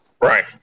Right